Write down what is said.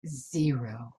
zero